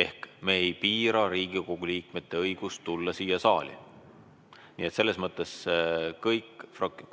Ehk me ei piira Riigikogu liikmete õigust tulla siia saali. Nii et selles mõttes,